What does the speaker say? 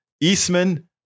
Eastman